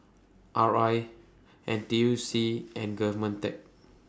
R I N T U C and Govmentech